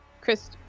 Chris